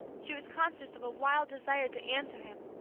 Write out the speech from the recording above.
she was conscious of a wild desire to answer him,